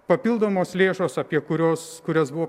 papildomos lėšos apie kurios kurias buvo